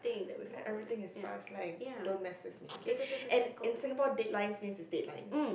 like everything is fast like don't mess with me okay and in Singapore deadlines means is deadlines